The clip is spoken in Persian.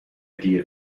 دیر